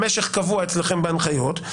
המשך קבוע אצלכם בהנחיות.